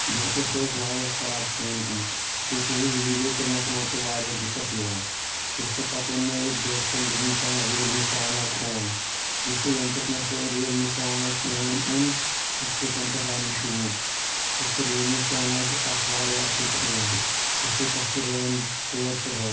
دوستو سُہ اوس واریاہ خراب فون گوٚومُت تتھ ٲس ویڈیو تُلنس منٛز تہِ واریاہ دِکت یِوان دوستو پتہٕ ووٚن مےٚ أکۍ دوستن دوٚپُن زٕ ان رِیلمی سیٚون آی فون دوستو ینہٕ پٮ۪ٹھ مےٚ سُہ رِیلمی سیٚون آی فون اوٚن دوستو تنہٕ پٮ۪ٹھ آیہِ مےٚ شوٗب دوستو رِیلمی سیٚون آی چھُ اکھ واریاہ اصٕل فون دوستو تتھ چھِ ریم ژور ژُہٲٹھ